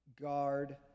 guard